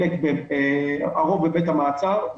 הרוב בבית המעצר,